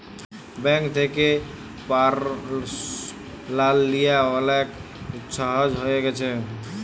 bank থ্যাকে পারসলাল লিয়া অলেক ছহজ হঁয়ে গ্যাছে